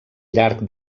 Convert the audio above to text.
llarg